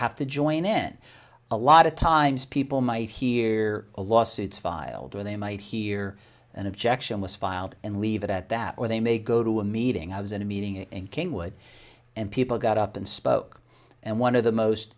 have to join in a lot of times people might hear a lawsuits filed or they might hear an objection was filed and leave it at that or they may go to a meeting i was in a meeting in kingwood and people got up and spoke and one of the most